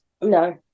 No